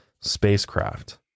spacecraft